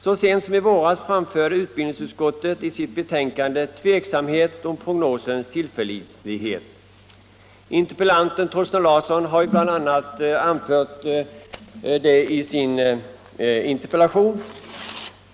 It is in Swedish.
Så sent som i våras framförde utbildningsutskottet i sitt betänkande tveksamhet om prognosens tillförlitlighet. Interpellanten Thorsten Larsson i Staffanstorp har bl.a. anfört det i sin interpellation.